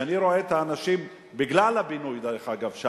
כשאני רואה את האנשים, בגלל הבינוי שם,